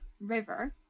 River